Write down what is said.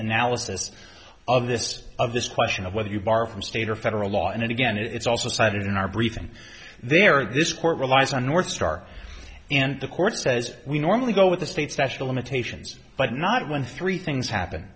analysis of this of this question of whether you borrow from state or federal law and again it's also cited in our briefing there this court relies on northstar and the court says we normally go with the states national imitations but not one three things happen